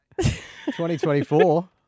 2024